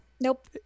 Nope